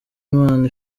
imana